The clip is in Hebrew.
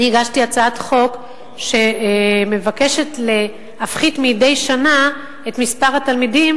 הגשתי הצעת חוק שמבקשת להפחית מדי שנה את מספר התלמידים,